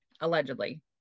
allegedly